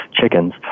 chickens